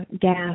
gas